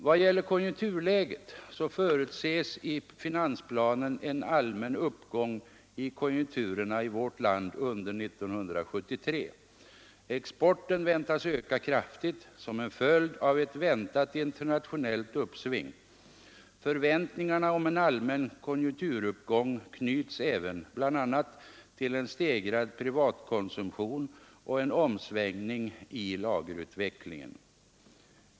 Vad gäller konjunkturläget förutses i finansplanen en allmän uppgång i konjunkturen i vårt land under 1973. Exporten väntas öka kraftigt som en följd av ett väntat internationellt uppsving. Förväntningarna om en allmän konjunkturuppgång knyts även bl.a. till stegrad privatkonsumtion och en omsvängning i lagerutvecklingen.